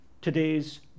today's